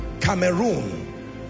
Cameroon